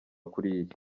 kuriya